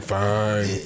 fine